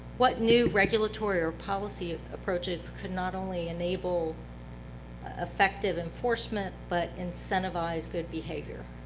what new regulatory or policy approaches could not only enable effective enforcement, but incentivize good behavior?